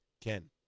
Ken